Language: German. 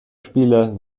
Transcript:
spieler